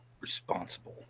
responsible